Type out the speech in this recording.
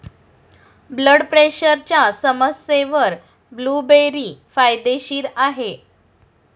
blood प्रेशरच्या समस्येवर blueberry फायदेशीर आहे